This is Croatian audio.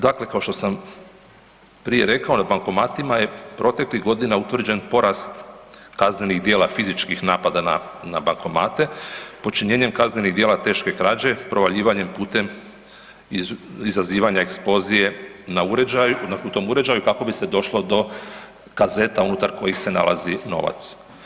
Dakle kao što sam prije rekao, na bankomatima je proteklih godina utvrđen porast kaznenih djela fizičkih napada na bankomate, počinjenjem kaznenih djela teške krađe, provaljivanjem putem izazivanja eksplozije u tom uređaju kako bi se došlo do kazeta unutar kojih se nalazi novac.